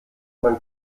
man